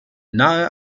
nahe